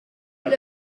well